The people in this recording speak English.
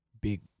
big